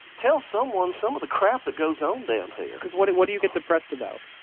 tell someone some of the crap that goes on down here because what and what do you get depressed about?